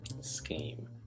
scheme